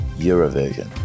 Eurovision